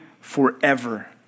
forever